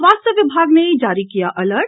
स्वास्थ्य विभाग ने जारी किया अलर्ट